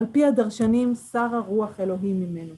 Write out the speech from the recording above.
‫לפי הדרשנים, סרה רוח אלוהים ממנו.